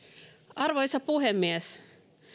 arvoisa puhemies